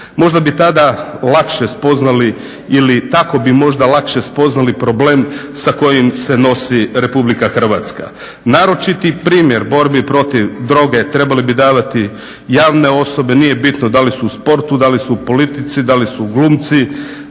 Možda bi tada lakše spoznali ili tako bi možda lakše spoznali problem sa kojim se nosi RH. Naročiti primjer borbe protiv droge trebali bi davati javne osobe, nije bitno da li su u sportu, da li su u politici, da li su glumci,